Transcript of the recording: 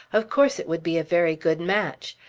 of course it would be a very good match.